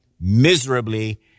miserably